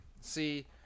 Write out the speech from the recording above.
See